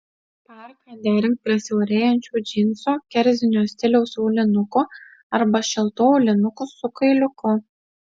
parką derink prie siaurėjančių džinsų kerzinio stiliaus aulinukų arba šiltų aulinukų su kailiuku